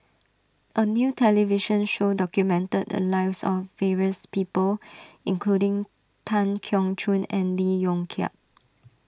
a new television show documented the lives of various people including Tan Keong Choon and Lee Yong Kiat